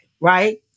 right